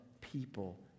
people